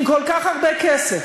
עם כל כך הרבה כסף,